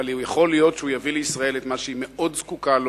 אבל יכול להיות שהוא יביא לישראל את מה שהיא מאוד זקוקה לו,